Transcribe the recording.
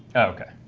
ok.